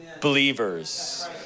believers